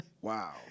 Wow